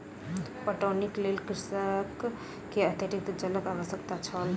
पटौनीक लेल कृषक के अतरिक्त जलक आवश्यकता छल